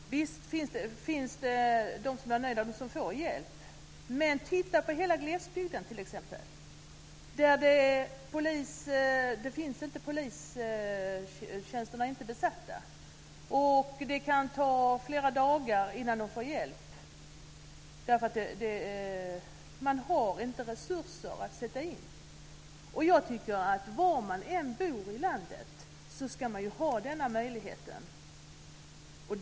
Fru talman! Visst finns det de som är nöjda och de som får hjälp. Men titta t.ex. på hela glesbygden! Där är polistjänsterna inte besatta. Det kan ta flera dagar innan människor får hjälp därför att man inte har resurser att sätta in. Jag tycker att var man än bor i landet ska man ha denna möjlighet.